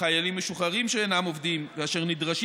חיילים משוחררים שאינם עובדים ואשר נדרשים